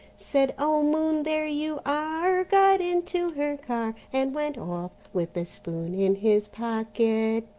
said, o moon there you are! got into her car, and went off with the spoon in his pocket